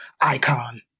icon